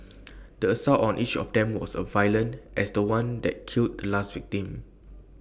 the assault on each of them was as violent as The One that killed the last victim